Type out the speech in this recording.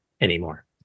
anymore